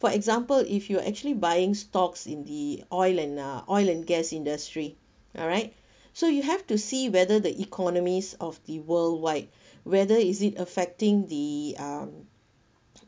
for example if you're actually buying stocks in the oil and uh oil and gas industry alright so you have to see whether the economies of the worldwide whether is it affecting the um